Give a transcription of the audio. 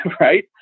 Right